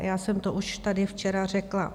Já jsem to už tady včera řekla.